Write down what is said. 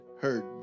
heard